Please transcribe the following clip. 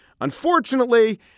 Unfortunately